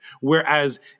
Whereas